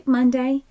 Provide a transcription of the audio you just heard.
Monday